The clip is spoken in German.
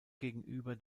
gegenüber